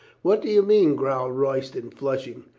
what do you mean? growled royston, flush ing.